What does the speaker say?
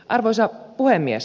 arvoisa puhemies